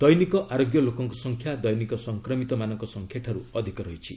ଦୈନିକ ଆରୋଗ୍ୟ ଲୋକଙ୍କ ସଂଖ୍ୟା ଦୈନିକ ସଂକ୍ରମିତମାନଙ୍କ ସଂଖ୍ୟାଠାରୁ ଅଧିକ ରହିଛି